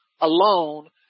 alone